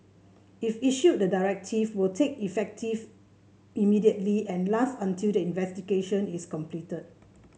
if issued the directive will take effect immediately and last until the investigation is completed